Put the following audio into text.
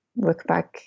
Lookback